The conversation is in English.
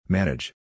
Manage